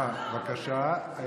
בבקשה.